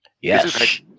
Yes